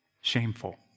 shameful